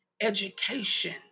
education